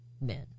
Men